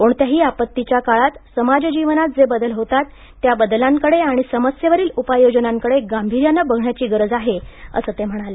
कोणत्याही आपत्तीच्या काळात समाजजीवनात जे बदल होतात त्या बदलांकडे आणि समस्येवरील उपाययोजनांकडे गाभीर्याने बघण्याची गरज आहे असं ते म्हणाले